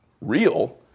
real